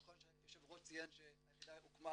נכון שהיו"ר ציין שהיחידה הוקמה